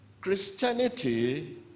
Christianity